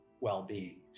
Well-being